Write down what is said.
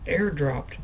airdropped